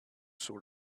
sort